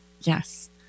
Yes